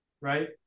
right